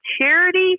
charity